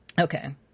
Okay